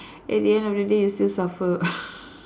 at the end of the day you still suffer